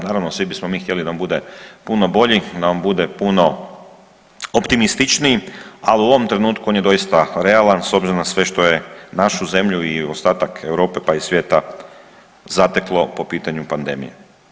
Naravno svi bismo mi htjeli da nam bude puno bolji, da nam bude puno optimističniji, ali u ovom trenutku on je doista realan s obzirom na sve što je našu zemlju i ostatak Europe, pa i svijeta zateklo po pitanju pandemije.